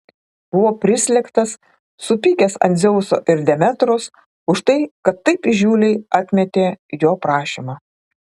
buvo prislėgtas supykęs ant dzeuso ir demetros už tai kad taip įžūliai atmetė jo prašymą